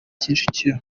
kicukiro